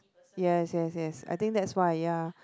yes yes yes I think that's why ya